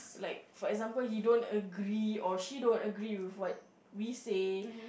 like for example he don't agree or she don't agree with what we say